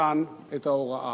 נתן את ההוראה?